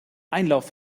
einlauf